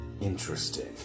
Interesting